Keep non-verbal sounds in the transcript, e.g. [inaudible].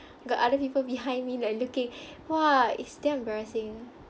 [breath] got other people behind me like looking [breath] !wah! it's damn embarrassing